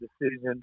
decision